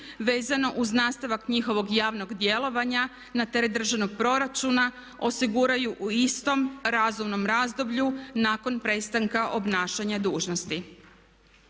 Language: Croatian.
vezano uz nastavak njihovog javnog djelovanja na teret državnog proračuna osiguraju u istom razumnom razdoblju nakon prestanka obnašanja dužnosti.